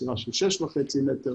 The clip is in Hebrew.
סירה של 6.5 מטרים.